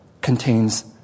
contains